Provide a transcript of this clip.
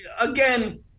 again